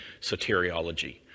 soteriology